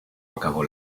acabó